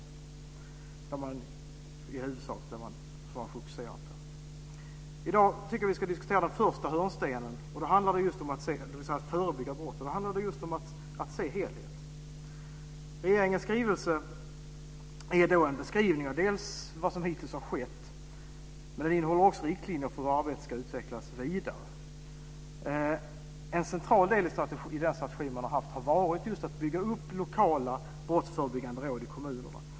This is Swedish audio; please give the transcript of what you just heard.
Det är det man i huvudsak fokuserar på. I dag tycker jag att vi ska diskutera den första hörnstenen. Då handlar det just om att förebygga brott. Då handlar det just om att se helheten. Regeringens skrivelse är en beskrivning av vad som hittills har skett, men innehåller också riktlinjer för hur arbetet ska utvecklas vidare. En central del i den strategi man har haft har just varit att bygga upp lokala brottsförebyggande råd i kommunerna.